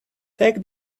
take